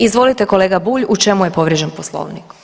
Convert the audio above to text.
Izvolite kolega Bulj, u čemu je povrijeđen Poslovnik?